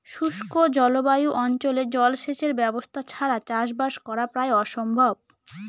শুষ্ক জলবায়ু অঞ্চলে জলসেচের ব্যবস্থা ছাড়া চাষবাস করা প্রায় অসম্ভব